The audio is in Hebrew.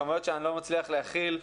מספרים שאני לא מצליח להכיל,